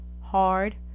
hard